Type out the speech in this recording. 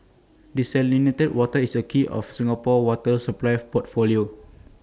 desalinated water is A key of Singapore's water supply portfolio